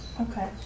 Okay